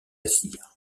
cire